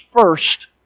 first